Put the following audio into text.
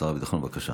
שר הביטחון, בבקשה.